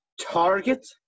Target